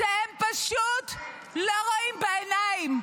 אתם פשוט לא רואים בעיניים.